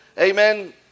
amen